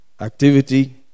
activity